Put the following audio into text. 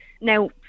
now